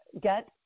get